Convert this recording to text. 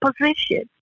position